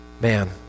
man